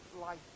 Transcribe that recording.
life